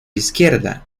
izquierda